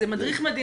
זה מדריך מדהים.